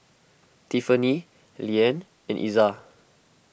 Tiffany Liane and Iza